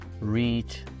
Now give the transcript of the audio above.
reach